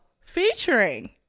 featuring